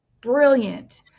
brilliant